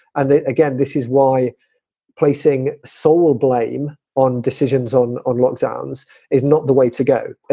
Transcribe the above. and again, this is why placing sole blame on decisions, on on lockdowns is not the way to go.